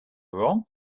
wrong